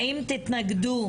האם תתנגדו,